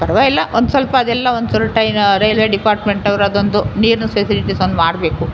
ಪರ್ವಾಗಿಲ್ಲ ಒಂದು ಸ್ವಲ್ಪ ಅದೆಲ್ಲ ಒಂದು ಸ್ವಲ್ಪ ಟೈನು ರೈಲ್ವೆ ಡಿಪಾರ್ಟ್ಮೆಂಟ್ ಅವ್ರು ಅದೊಂದು ನೀರಿನ ಫೆಸಿಲಿಟೀಸ್ ಒಂದು ಮಾಡಬೇಕು